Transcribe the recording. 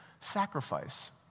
sacrifice